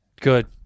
Good